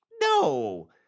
no